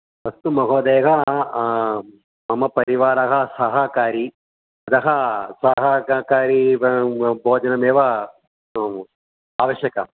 अस्तु महोदयः मम परिवारः सहकारी अतः साहाकारि भोजनमेव आवश्यकम्